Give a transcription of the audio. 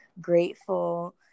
grateful